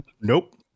nope